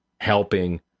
helping